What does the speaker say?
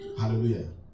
Hallelujah